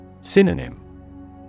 Synonym